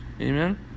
Amen